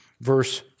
verse